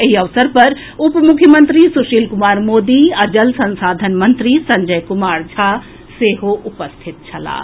एहि अवसर पर उपमुख्यंत्री सुशील कुमार मोदी आ जल संसाधन मंत्री संजय कुमार झा सेहो उपस्थित छलाह